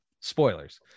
spoilers